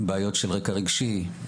בעיות של רקע רגשי,